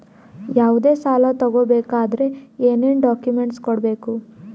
ಯಾವುದೇ ಸಾಲ ತಗೊ ಬೇಕಾದ್ರೆ ಏನೇನ್ ಡಾಕ್ಯೂಮೆಂಟ್ಸ್ ಕೊಡಬೇಕು?